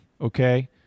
Okay